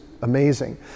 amazing